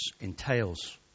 entails